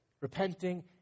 repenting